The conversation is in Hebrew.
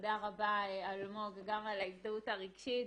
תודה רבה אלמוג גם על ההזדהות הרגשית.